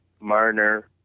Marner